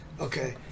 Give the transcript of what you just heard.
Okay